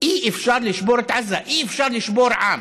אי-אפשר לשבור את עזה, אי-אפשר לשבור עם.